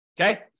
okay